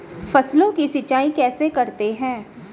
फसलों की सिंचाई कैसे करते हैं?